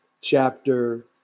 Chapter